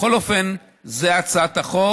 בכל אופן, זו הצעת החוק.